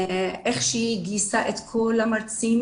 איך שהיא גייסה את כל המרצים,